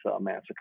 Massacre